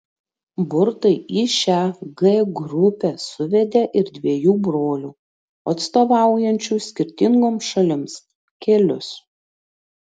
burtai į šią g grupę suvedė ir dviejų brolių atstovaujančių skirtingoms šalims kelius